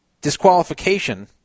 Disqualification